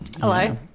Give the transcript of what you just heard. Hello